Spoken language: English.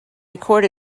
record